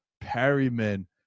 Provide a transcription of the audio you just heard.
Perryman